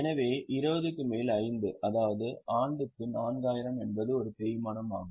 எனவே 20 மேல் 5 அதாவது ஆண்டுக்கு 4000 என்பது ஒரு தேய்மானம் ஆகும்